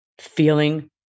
feeling